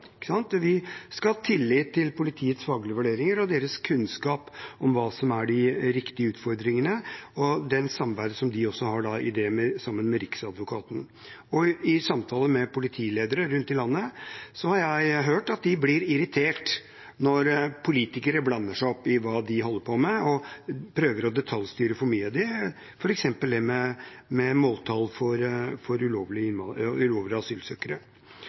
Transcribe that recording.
Vi skal ha tillit til politiets faglige vurderinger og deres kunnskap om hva som er de riktige utfordringene, og også det samarbeidet de har med Riksadvokaten. I samtale med politiledere rundt i landet har jeg hørt at de blir irritert når politikere blander seg opp i hva de holder på med og prøver å detaljstyre for mye – f.eks. det med måltall for ulovlige